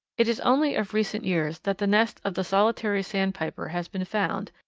it is only of recent years that the nest of the solitary sandpiper has been found,